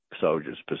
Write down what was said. soldiers